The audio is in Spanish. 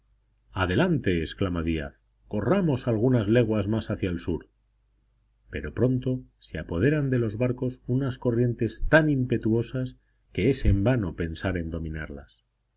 adelante exclama díaz corramos algunas leguas más hacia el sur pero pronto se apoderan de los barcos unas corrientes tan impetuosas que es en vano pensar en dominarlas